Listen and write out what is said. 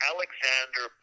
Alexander